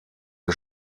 des